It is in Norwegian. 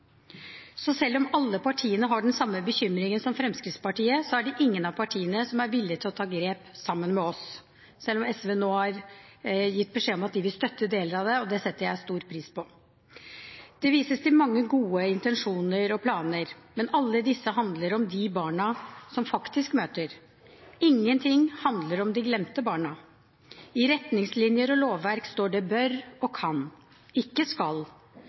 Selv om alle partiene har den samme bekymringen som Fremskrittspartiet, er det ingen av partiene som er villig til å ta grep sammen med oss, selv om SV nå har gitt beskjed om at de vil støtte deler av dette. Det setter jeg stor pris på. Det vises til mange gode intensjoner og planer, men alle disse handler om de barna som faktisk møter. Ingenting handler om de glemte barna. I retningslinjer og lovverk står det «bør» og «kan» – ikke